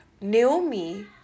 Naomi